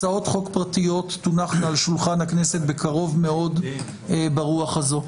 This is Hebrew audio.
הצעות חוק פרטיות תונחנה על שולחן הכנסת בקרוב מאוד ברוח הזו.